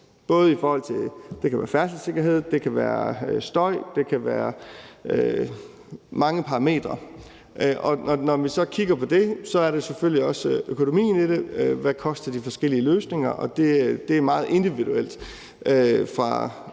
være i forhold til mange parametre. Og når vi så kigger på det, er der selvfølgelig også økonomien i det – hvad koster de forskellige løsninger? – og det er meget individuelt